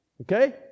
Okay